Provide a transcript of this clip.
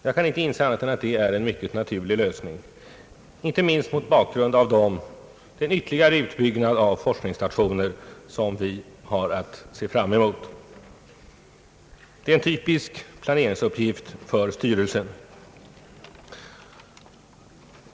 Jag kan inte inse annat än att det är en mycket naturlig lösning inte minst mot bakgrund av den ytterligare utbyggnad av forskningsstationer som vi har att se fram emot. Det är en typisk planeringsuppgift för styrelsen.